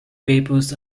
papers